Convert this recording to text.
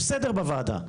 יש סדר בוועדה.